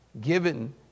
given